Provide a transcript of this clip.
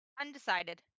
Undecided